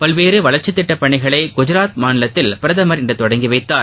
பல்வேறு வளர்ச்சித்திட்டப்பணிகளையும் குஜராத் மாநிலத்தில் பிரதமர் இன்று தொடங்கிவைத்தார்